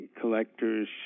collectors